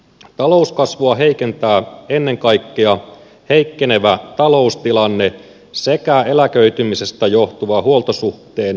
talouskasvua heikentää ennen kaikkea heikkenevä taloustilanne sekä eläköitymisestä johtuva huoltosuhteen heikkeneminen